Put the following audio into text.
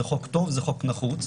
זה חוק טוב, זה חוק נחוץ.